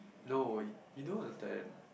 no you don't understand